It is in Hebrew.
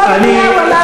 פה במליאה הוא אמר לי,